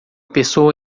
pessoa